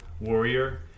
warrior